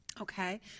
Okay